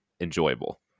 enjoyable